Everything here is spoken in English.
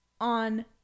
on